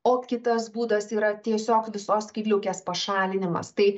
o kitas būdas yra tiesiog visos skydliaukės pašalinimas tai